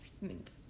mint